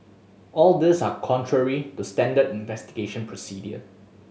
all these are contrary to standard investigation procedure